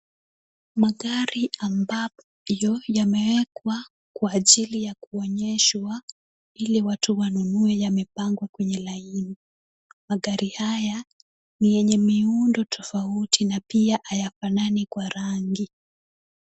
Magari ambayo yamewekwa kwa ajili ya kuonyeshwa ili watu wanunue yamepangwa kwenye laini. Magari haya ni yenye miundo tofauti na pia hayafanani kwa rangi.